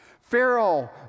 Pharaoh